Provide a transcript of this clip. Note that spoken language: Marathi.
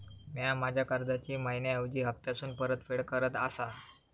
म्या माझ्या कर्जाची मैहिना ऐवजी हप्तासून परतफेड करत आसा